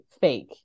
fake